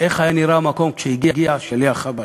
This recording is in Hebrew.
איך נראה המקום כשהגיע שליח חב"ד.